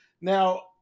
Now